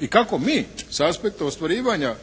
I kako mi s aspekta ostvarivanja